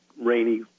rainy